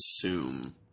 assume